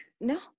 No